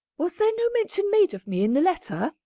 was there no mention made of me in the letter?